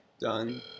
done